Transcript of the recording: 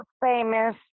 famous